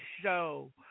show